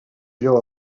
lloa